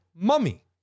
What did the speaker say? mummy